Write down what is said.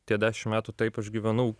tie dešim metų taip aš gyvenau